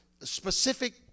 specific